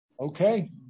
Okay